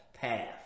path